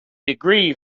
degree